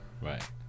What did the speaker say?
Right